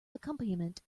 accompaniment